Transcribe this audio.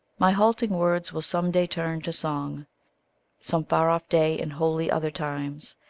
my halting words will some day turn to song some far-off day, in holy other times!